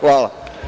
Hvala.